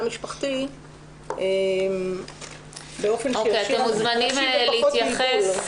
משפחתי באופן שיאפשר --- אתם מזומנים להתייחס.